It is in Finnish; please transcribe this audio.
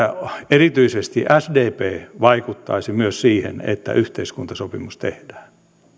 erityisesti sdp vaikuttaisi myös siihen että yhteiskuntasopimus tehdään